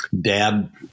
Dad